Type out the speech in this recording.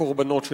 הקורבנות.